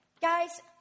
Guys